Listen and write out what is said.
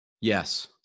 Yes